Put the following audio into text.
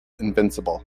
invincible